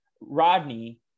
Rodney